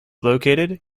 located